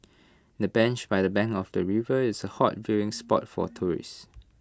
the bench by the bank of the river is hot viewing spot for tourists